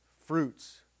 fruits